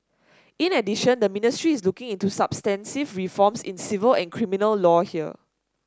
in addition the ministry is looking into substantive reforms in civil and criminal law here